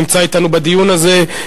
שנמצא אתנו בדיון הזה,